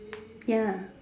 ya